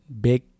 big